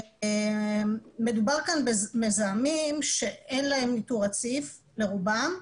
מדובר כאן במזהמים שאין להם ניטור רציף, לרובם,